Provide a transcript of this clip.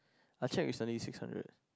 I check recently six hundred